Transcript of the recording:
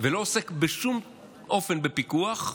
ולא עוסק בשום אופן בפיקוח,